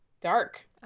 Dark